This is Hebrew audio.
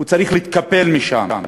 הוא צריך להתקפל משם.